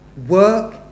Work